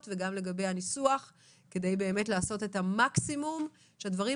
וגם לגבי הניסוח כדי לעשות את המקסימום שהדברים